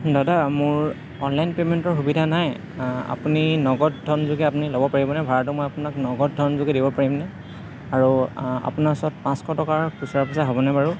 দাদা মোৰ অনলাইন পে'মেণ্টৰ সুবিধা নাই আপুনি নগদ ধন যোগে আপুনি ল'ব পাৰিবনে ভাড়াটো মই আপোনাক নগদ ধন যোগে দিব পাৰিম নে আৰু আপোনাৰ ওচৰত পাঁচশ টকাৰ খুচুৰা পইচা হ'বনে বাৰু